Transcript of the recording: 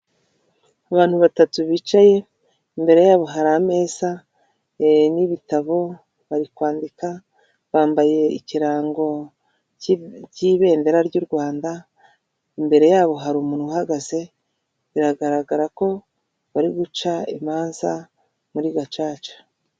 Abantu batatu bicaye imbere yabo hari ameza n'ibitabo bari kwandika, bambaye ikirango cy'ibendera ry'u Rwanda, imbere yabo hari umuntu uhagaze, biragaragara ko bari guca imanza muri gacaca.